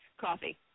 coffee